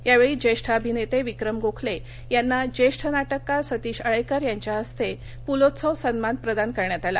यावेळी ज्येष्ठ अभिनेते विक्रम गोखले यांना ज्येष्ठ नाटककार सतीश आळेकर यांच्या हस्ते पुलोत्सव सन्मान प्रदान करण्यात आला